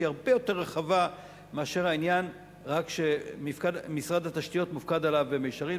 שהיא הרבה יותר רחבה מאשר העניין שמשרד התשתיות מופקד עליו במישרין.